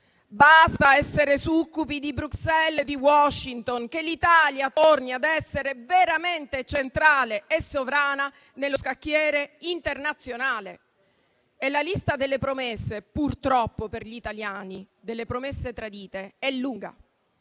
Basta essere succubi di Bruxelles e di Washington. L'Italia torni ad essere veramente centrale e sovrana nello scacchiere internazionale. La lista delle promesse tradite purtroppo per gli italiani è lunga. Ieri eravate quelli